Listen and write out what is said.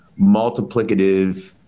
multiplicative